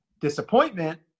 disappointment